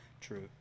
true